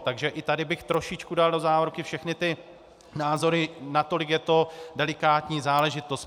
Takže i tady bych trošičku dal do závorky všechny ty názory, nakolik je to delikátní záležitost.